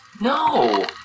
No